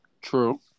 True